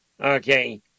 Okay